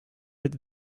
did